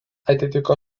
atitiko